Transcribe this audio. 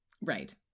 Right